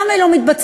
למה היא לא מתבצעת,